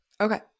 Okay